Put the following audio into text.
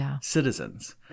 citizens